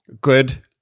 Good